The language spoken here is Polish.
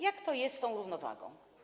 Jak to jest z tą równowagą?